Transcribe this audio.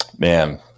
Man